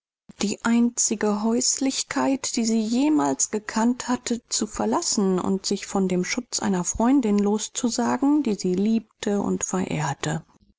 die einzige heimath verließ die sie jemals gekannt hatte und sich von dem schutze einer freundin losriß die sie geliebt und geehrt